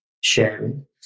sharing